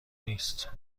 نیست